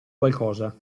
qualcosa